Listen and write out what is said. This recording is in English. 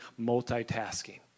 multitasking